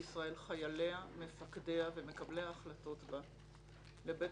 לא על בית